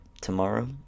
tomorrow